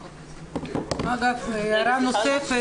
אגב, הערה נוספת.